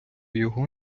його